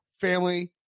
family